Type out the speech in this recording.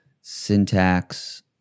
syntax